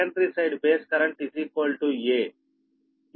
ఇది యదార్ధంగా సమీకరణం 18